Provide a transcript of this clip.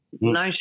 no